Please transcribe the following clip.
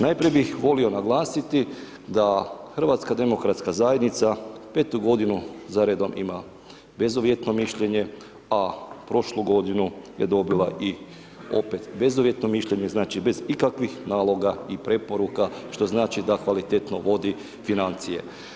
Najprije bih volio naglasiti da HDZ petu godinu za redom ima bezuvjetno mišljenje a prošlu godinu je dobila i opet bezuvjetno mišljenje, znači bez ikakvih naloga i preporuka što znači da kvalitetno vodi financije.